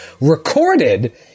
recorded